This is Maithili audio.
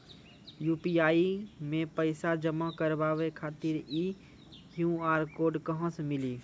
यु.पी.आई मे पैसा जमा कारवावे खातिर ई क्यू.आर कोड कहां से मिली?